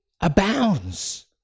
abounds